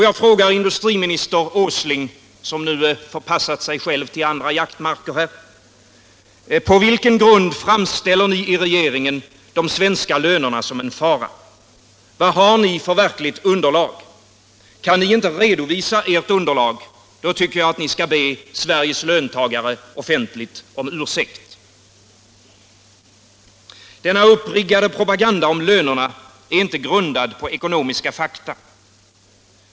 Jag frågar industriminister Åsling, som nu förpassat sig själv till andra jaktmarker: På vilken grund framställer ni i regeringen de svenska lönerna som en fara? Vad har ni för verkligt underlag? Kan ni inte redovisa ert underlag tycker jag att ni skall be Sveriges löntagare offentligt om ursäkt. Denna uppriggade propaganda om lönerna är inte grundad på ekonomiska fakta.